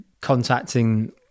contacting